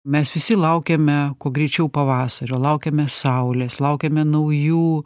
mes visi laukiame kuo greičiau pavasario laukiame saulės laukiame naujų